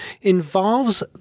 involves